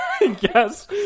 yes